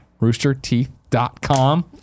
roosterteeth.com